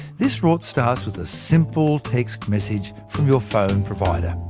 this rort starts with a simple text message from your phone provider.